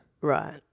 Right